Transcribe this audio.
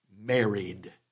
married